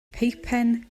peipen